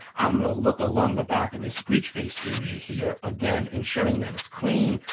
i'm gonna look along the back of this breechface area here, again ensuring that it's clean,